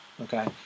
Okay